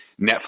Netflix